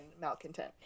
Malcontent